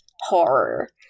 Horror